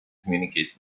communicate